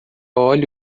olhe